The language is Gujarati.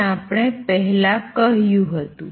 જે આપણે પહેલાં કહ્યું હતું